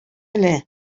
әле